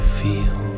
feel